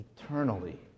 eternally